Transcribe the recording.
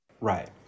Right